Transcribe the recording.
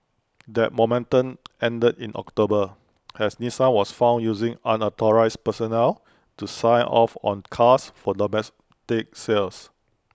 that momentum ended in October as Nissan was found using unauthorised personnel to sign off on cars for domestic sales